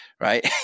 right